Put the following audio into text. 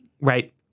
right